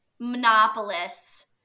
monopolists